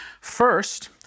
First